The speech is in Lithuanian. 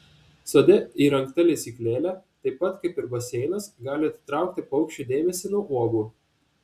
sode įrengta lesyklėlė taip pat kaip ir baseinas gali atitraukti paukščių dėmesį nuo uogų